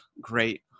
great